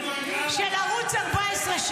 של ערוץ 14,